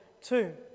two